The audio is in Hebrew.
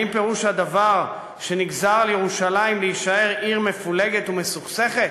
האם פירוש הדבר שנגזר על ירושלים להישאר עיר מפולגת ומסוכסכת?